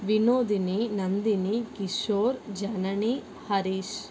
Vinodhini Nandhini Kishore Janani Harish